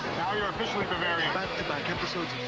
now you're officially bavarian. back-to-back episodes